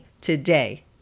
today